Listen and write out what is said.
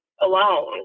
alone